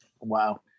Wow